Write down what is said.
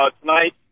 tonight